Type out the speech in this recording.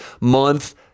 month